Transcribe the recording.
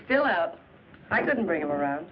still out i didn't bring him around